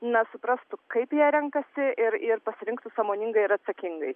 na suprastų kaip jie renkasi ir ir pasirinktų sąmoningai ir atsakingai